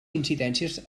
incidències